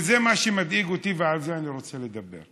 וזה מה שמדאיג אותי ועל זה אני רוצה לדבר,